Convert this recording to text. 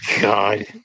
God